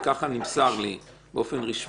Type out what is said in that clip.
וכך נמסר לי רשמית,